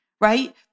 right